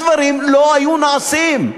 הדברים לא היו נעשים.